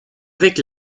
avec